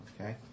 Okay